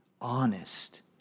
honest